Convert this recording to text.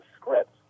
script